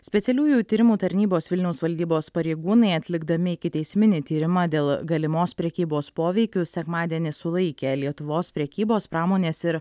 specialiųjų tyrimų tarnybos vilniaus valdybos pareigūnai atlikdami ikiteisminį tyrimą dėl galimos prekybos poveikiu sekmadienį sulaikė lietuvos prekybos pramonės ir